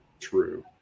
true